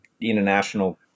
international